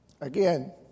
Again